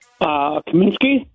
Kaminsky